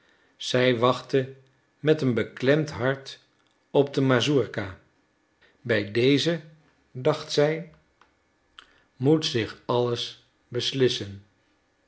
zij wachtte met een beklemd hart op de mazurka bij deze dacht zij moest zich alles beslissen